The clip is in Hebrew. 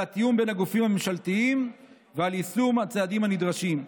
על התיאום בין הגופים הממשלתיים ועל יישום הצעדים הנדרשים.